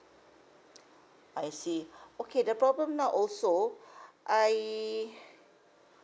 I see okay the problem now also I